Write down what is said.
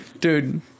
Dude